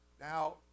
Now